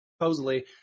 supposedly –